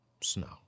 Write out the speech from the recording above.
snow